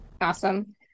awesome